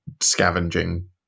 scavenging